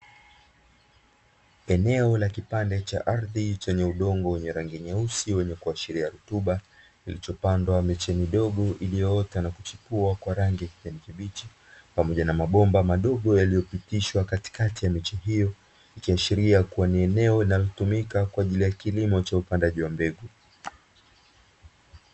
Eneo cha kipande cha ardhi chenye udongo wa rangi nyeusi ulioashiria rutuba uliopandwa miche midogo iliyoota na kuchipua kwa rangi ya kijani kibichi pamoja na mabomba madogo yaliyopitishwa katikati ya miche hiyo ikiashiria kuwa ni eneo linalotumika kwaajili ya kilimo cha upandaji wa mbegu.